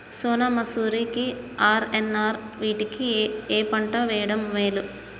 సోనా మాషురి కి ఆర్.ఎన్.ఆర్ వీటిలో ఏ పంట వెయ్యడం మేలు?